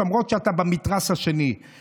למרות שאתה בצד השני של המתרס,